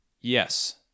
Yes